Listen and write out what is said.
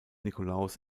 nikolaus